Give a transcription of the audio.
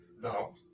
No